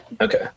okay